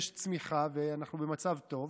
יש צמיחה ואנחנו במצב טוב